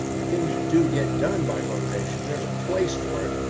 things do get done by motivation, there's a place for it,